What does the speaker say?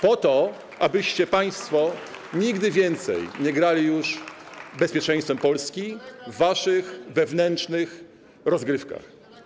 Po to, abyście państwo nigdy więcej nie grali już bezpieczeństwem Polski w waszych wewnętrznych rozgrywkach.